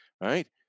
Right